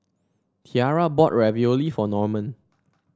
Tiarra bought Ravioli for Norman